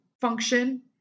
function